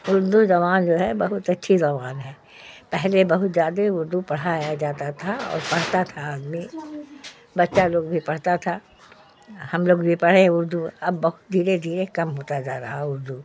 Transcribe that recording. اردو زبان جو ہے بہت اچھی زبان ہے پہلے بہت زیادہ اردو پڑھایا جاتا تھا اور پڑھتا تھا آدمی بچہ لوگ بھی پڑھتا تھا ہم لوگ بھی پڑھے اردو اب بہت دھیرے دھیرے کم ہوتا جا رہا اردو